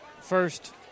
first